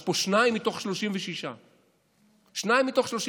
יש פה שניים מתוך 36. שניים מתוך 36